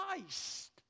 Christ